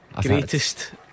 Greatest